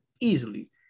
easily